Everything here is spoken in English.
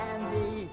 Andy